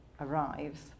arrives